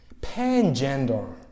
Pangender